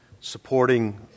supporting